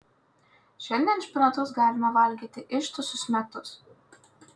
šiandien špinatus galima valgyti ištisus metus